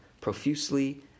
profusely